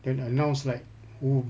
then announced like oo